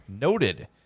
noted